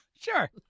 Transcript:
Sure